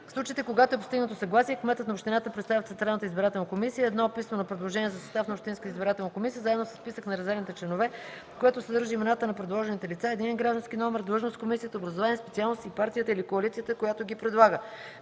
случаите, когато е постигнато съгласие, кметът на общината представя в Централната избирателна комисия: 1. писмено предложение за състав на общинската избирателна комисия заедно със списък на резервните членове, което съдържа имената на предложените лица, единен граждански номер, длъжност в комисията, образование, специалност и партията или коалицията, която ги предлага;